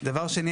דבר שני,